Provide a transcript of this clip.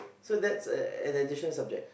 so that's a an additional subject